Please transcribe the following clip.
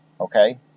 Okay